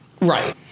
Right